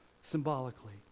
symbolically